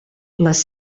les